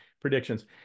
predictions